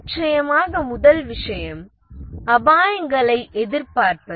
நிச்சயமாக முதல் விஷயம் அபாயங்களை எதிர்பார்ப்பது